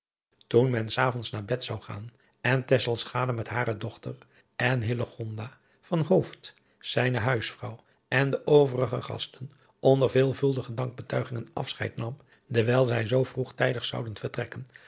toen men s avonds naar bed zou gaan en tesselschade met hare dochter en hillegonda van hooft zijne huisvrouw en de overige gasten onder veelvuldige dankbetuigingen asscheid nam dewijl zij zoo vroegtijdig zouden vertrekken